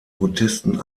protesten